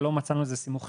אבל לא מצאנו לזה סימוכין,